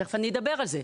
ותכף אני אדבר על זה.